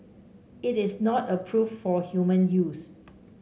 it is not approved for human use